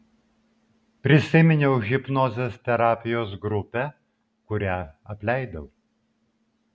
prisiminiau hipnozės terapijos grupę kurią apleidau